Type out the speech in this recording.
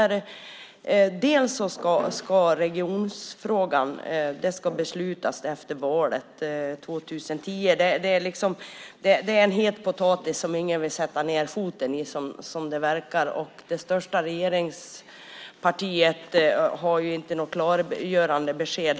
Regionfrågan ska beslutas efter valet 2010. Det är en het potatis som ingen vill ta tag i. Det största regeringspartiet har inte något klargörande besked.